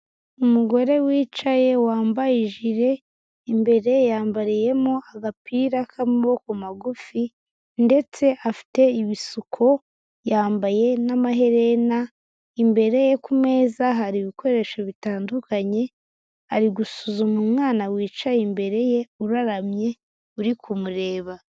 Umugore wicaye wambaye ijire, imbere yambariyemo agapira k'amaboko magufi ndetse afite ibisuko yambaye n'amaherena, imbere ye ku meza hari ibikoresho bitandukanye, ari gusuzuma umwana wicaye imbere ye uraramye uri kumureba.